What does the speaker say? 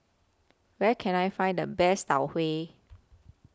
Where Can I Find The Best Tau Huay